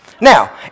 Now